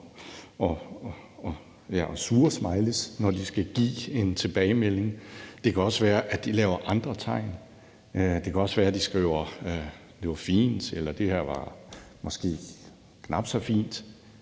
og sure smileys, når de skal give en tilbagemelding. Det kan også være, at de laver andre tegn. Det kan også være, de skriver, at det var fint, eller at det måske var knap så fint.